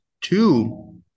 two